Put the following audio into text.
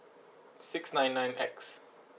six nine nine X